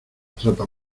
trata